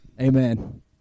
Amen